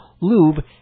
lube